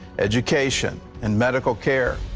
education, and medical care.